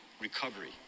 recovery